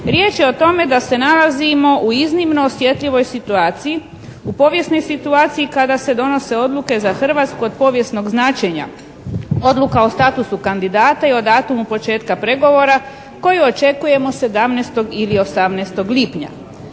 "Riječ je o tome da se nalazimo u iznimno osjetljivoj situaciji, u povijesnoj situaciji kada se donose odluke za Hrvatsku od povijesnog značenja odluka o statusu kandidata i o datumu početka pregovora koje očekujemo 17. ili 18. lipnja.".